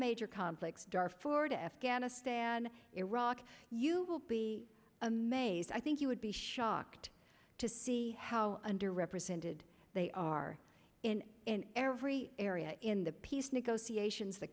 major conflicts dar for to afghanistan iraq you will be amazed i think you would be shocked to see how underrepresented they are in every area in the peace negotiations the